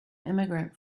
immigrant